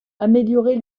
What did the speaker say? améliorer